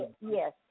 yes